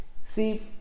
See